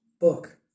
book